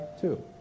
two